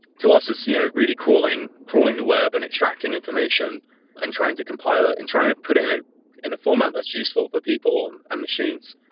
to us, it's you know really crawling crawling the web and extracting information and trying to compile it and trying to put it in ah in a format that's useful for people and and machines.